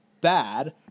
bad